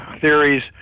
theories